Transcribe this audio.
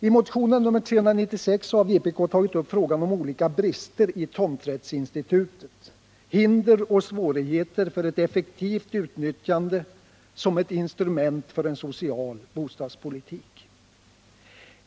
I motionen nr 396 har vpk tagit upp frågan om olika brister i tomträttsinstitutet, hinder och svårigheter för ett effektivt utnyttjande som ett instrument för en social bostadspolitik.